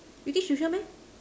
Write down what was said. you give tuition